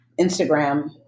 Instagram